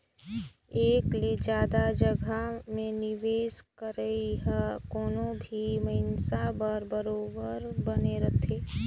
एक ले जादा जगहा में निवेस करई ह कोनो भी मइनसे बर बरोबेर बने रहथे